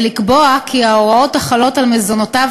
ולקבוע כי ההוראות החלות על מזונותיו